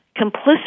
complicit